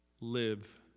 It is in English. live